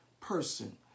person